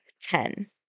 ten